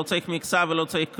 לא צריך מכסה ולא צריך כלום,